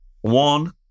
One